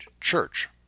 church